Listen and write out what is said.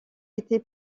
été